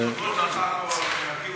אנשים מסתערים על הטלוויזיות לא להחמיץ,